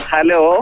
Hello